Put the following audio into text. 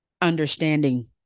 understanding